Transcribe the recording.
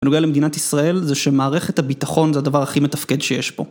בנוגע למדינת ישראל, זה שמערכת הביטחון זה הדבר הכי מתפקד שיש פה.